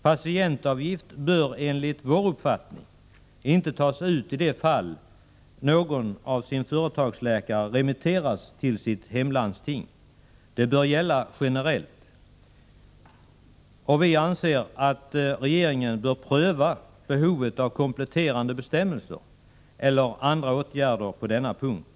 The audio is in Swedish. Patientavgift bör enligt vår uppfattning inte tas ut i de fall någon av sin företagsläkare remitterats till sitt hemlandsting. Detta bör gälla generellt. Regeringen bör pröva behovet av kompletterande bestämmelser eller andra åtgärder på denna punkt.